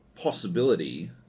possibility